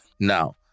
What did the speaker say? Now